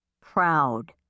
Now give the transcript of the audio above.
proud